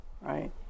right